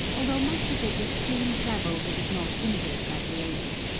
although much of it is clean gravel that is not injured by the rain.